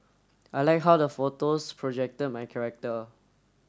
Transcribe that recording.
I like how the photos projected my character